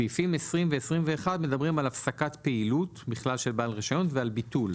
סעיפים 20 ו-21 מדברים על הפסקת פעילות בכלל של בעל רישיון ועל ביטול.